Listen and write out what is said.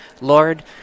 Lord